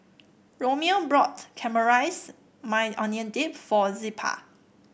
Romeo bought Caramelized Maui Onion Dip for Zilpah